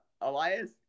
Elias